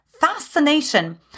fascination